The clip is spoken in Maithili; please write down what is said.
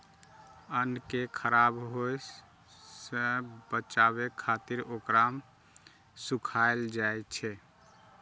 अन्न कें खराब होय सं बचाबै खातिर ओकरा सुखायल जाइ छै